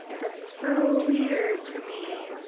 that's so weird to me.